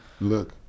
look